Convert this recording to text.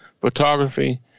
photography